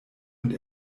und